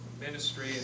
ministry